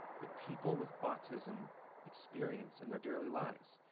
that people with autism experience in their daily lives.